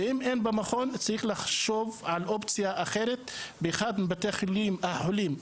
ואם אין במכון צריך לחשוב על אופציה אחרת באחד מבתי החולים בצפון,